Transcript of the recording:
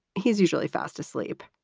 he's usually fast asleep.